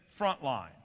Frontline